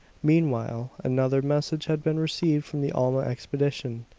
meanwhile another message had been received from the alma expedition.